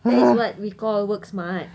that is what we call work smart